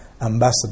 ambassador